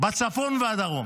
בצפון והדרום.